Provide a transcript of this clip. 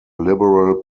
liberal